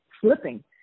slipping